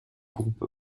groupe